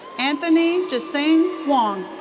anthony jiseng wong.